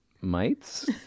mites